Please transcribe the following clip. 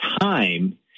time